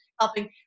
helping